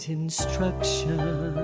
instruction